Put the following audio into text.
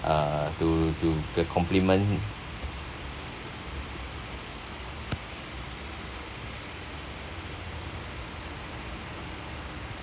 uh to to compliment